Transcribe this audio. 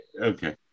okay